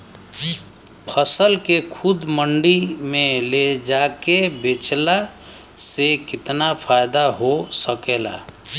फसल के खुद मंडी में ले जाके बेचला से कितना फायदा हो सकेला?